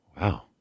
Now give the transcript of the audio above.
wow